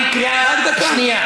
חבר הכנסת, תראה, אתה מצאת איזה שיטה.